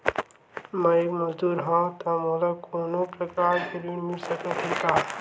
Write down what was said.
मैं एक मजदूर हंव त मोला कोनो प्रकार के ऋण मिल सकत हे का?